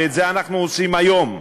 ואת זה אנחנו עושים היום,